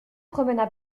promena